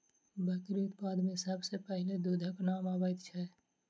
बकरी उत्पाद मे सभ सॅ पहिले दूधक नाम अबैत छै